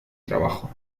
trabajo